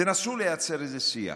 תנסו לייצר איזה שיח.